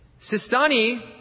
Sistani